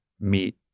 meet